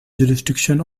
jurisdiction